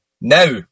Now